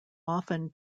often